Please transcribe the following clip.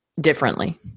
differently